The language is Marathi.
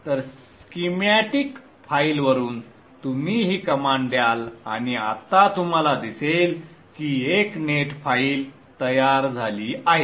तर स्कीमॅटिक फाइलवरून तुम्ही ही कमांड द्याल आणि आता तुम्हाला दिसेल की एक नेट फाइल तयार झाली आहे